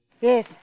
Yes